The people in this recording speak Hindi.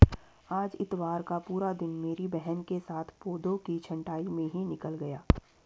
आज इतवार का पूरा दिन मेरी बहन के साथ पौधों की छंटाई में ही निकल गया